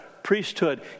Priesthood